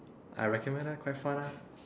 I recommend ah quite fun ah